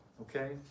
Okay